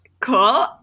Cool